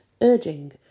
urging